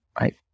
right